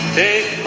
take